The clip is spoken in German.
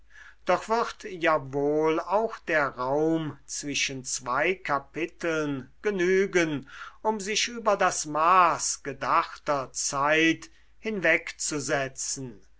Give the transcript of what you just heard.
doch wird ja wohl auch der raum zwischen zwei kapiteln genügen um sich über das maß gedachter zeit hinwegzusetzen